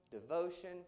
devotion